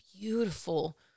beautiful